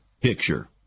picture